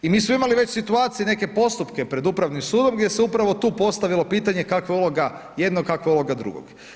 I mi smo imali već situacije i neke postupke pred upravnim sudom gdje se upravo tu postavilo pitanje kakva je uloga jednog, kakva je uloga drugog.